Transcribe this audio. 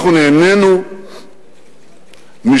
אנחנו נהנינו משלום,